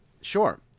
Sure